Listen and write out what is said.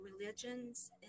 religions